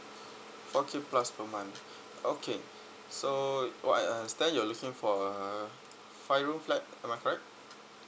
four K plus per month okay so what I understand you're looking for a five room flat am I correct